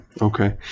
okay